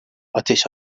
ateş